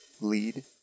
lead